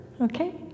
okay